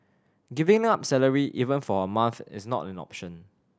giving up salary even for a month is not an option